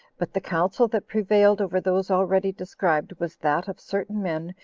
but the counsel that prevailed over those already described, was that of certain men,